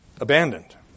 abandoned